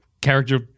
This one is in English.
character